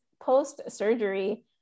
post-surgery